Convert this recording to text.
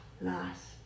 last